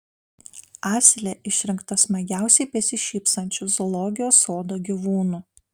asilė išrinkta smagiausiai besišypsančiu zoologijos sodo gyvūnu